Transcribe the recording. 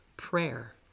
Prayer